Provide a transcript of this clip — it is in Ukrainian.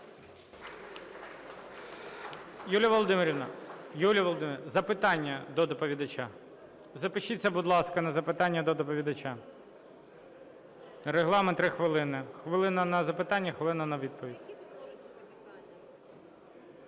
Юлія Володимирівна, запитання до доповідача. Запишіться, будь ласка, на запитання до доповідача. Регламент – 3 хвилини, хвилина – на запитання, хвилина – на відповіді.